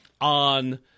on